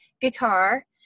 guitar